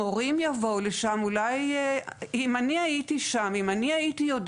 אז ההורים יוכלו להתחיל